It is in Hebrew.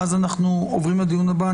ואז אנחנו עוברים לדיון הבא.